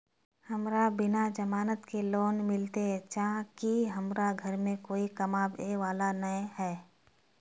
हमरा बिना जमानत के लोन मिलते चाँह की हमरा घर में कोई कमाबये वाला नय है?